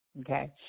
okay